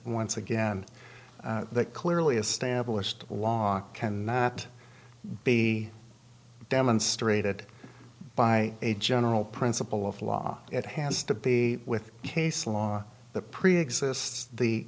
once again that clearly established law cannot be demonstrated by a general principle of law it has to be with case law the preexists the